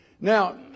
Now